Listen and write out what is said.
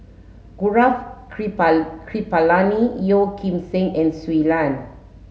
Gaurav Kripalani Yeo Kim Seng and Shui Lan